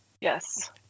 Yes